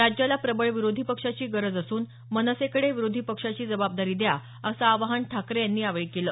राज्याला प्रबळ विरोधी पक्षाची गरज असून मनसेकडे विरोधी पक्षाची जबाबदारी द्या असं आवाहन ठाकरे यांनी यावेळी केलं